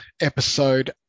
episode